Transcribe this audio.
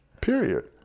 Period